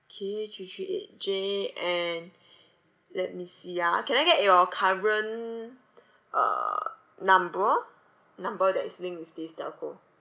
K three three eight J and let me see ah can I get your current uh number number that is linked with this telco